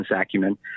acumen